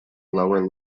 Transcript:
lower